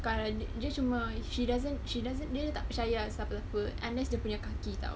kalau dia cuma she doesn't she doesn't dia tak percaya siapa-siapa unless dia punya kaki [tau]